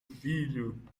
filho